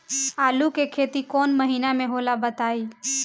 आलू के खेती कौन महीना में होला बताई?